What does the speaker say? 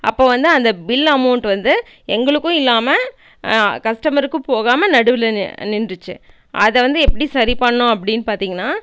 அப்போ வந்து அந்த பில் அமௌண்ட் வந்து எங்களுக்கும் இல்லாமல் கஸ்டமருக்கும் போகாமல் நடுவில் நி நின்றுச்சு அதை வந்து எப்படி சரி பண்ணோம் அப்படின்னு பார்த்திங்கன்னா